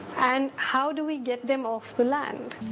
and how do we get them off the land?